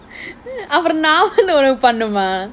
அப்பறோம் நா மட்டும் உனக்கு பண்ணனுமா:approm naa mattum unakku pannanuma